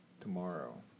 tomorrow